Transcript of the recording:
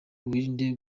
wirinde